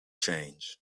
change